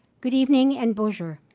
good evening and bonjour.